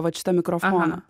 vat šitą mikrofoną